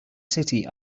city